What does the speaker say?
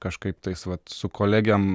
kažkaip tais vat su kolegėm